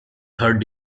third